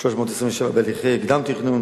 327, בהליכי קדם-תכנון.